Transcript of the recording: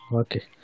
Okay